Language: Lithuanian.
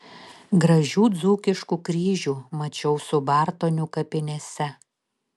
gražių dzūkiškų kryžių mačiau subartonių kapinėse